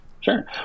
sure